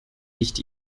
nicht